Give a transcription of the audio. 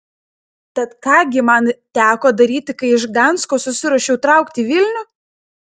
tad ką gi man teko daryti kai iš gdansko susiruošiau traukti į vilnių